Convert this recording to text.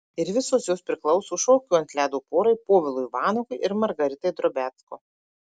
ir visos jos priklauso šokių ant ledo porai povilui vanagui ir margaritai drobiazko